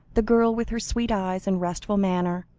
the girl, with her sweet eyes and restful manner,